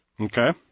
Okay